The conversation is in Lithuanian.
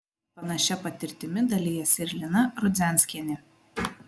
panašia patirtimi dalijasi ir lina rudzianskienė